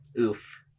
Oof